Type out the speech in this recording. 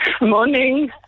Morning